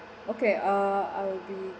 okay uh I'll be